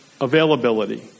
availability